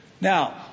Now